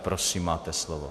Prosím, máte slovo.